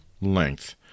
length